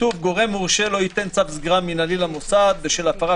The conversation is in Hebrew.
כתוב "גורם מורשה לא ייתן צו סגירה מינהלי למוסד בשל התראה